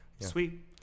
Sweet